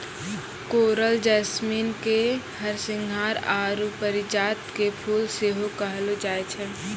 coral jasmine के हरसिंहार आरु परिजात के फुल सेहो कहलो जाय छै